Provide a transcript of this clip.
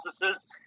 processes